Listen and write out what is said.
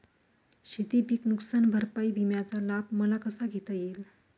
शेतीपीक नुकसान भरपाई विम्याचा लाभ मला कसा घेता येईल?